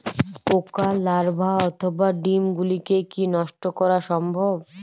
পোকার লার্ভা অথবা ডিম গুলিকে কী নষ্ট করা সম্ভব?